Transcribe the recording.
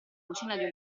cucina